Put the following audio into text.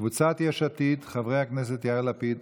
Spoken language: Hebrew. קבוצת סיעת יש עתיד: חברי הכנסת יאיר לפיד,